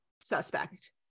suspect